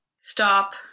stop